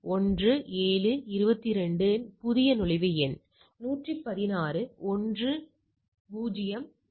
இப்போது CHI INVERSE என்று ஒரு கட்டளை உள்ளது CHI INVERSE என்றால் என்ன